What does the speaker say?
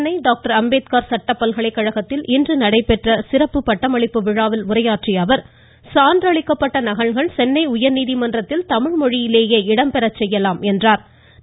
Chennai doctor Ambedkar சட்டப்பல்கலைகழகத்தில் இன்று நடைபெற்ற சிறப்பு பட்டமளிப்பு விழாவில் உரையாற்றிய அவர் சான்றளிக்கப்பட்ட நகல்கள் சென்னை உயர்நீதிமன்றத்தில் தமிழ் மொழியிலேயே இடம்பெற செய்யலாம் என்றார்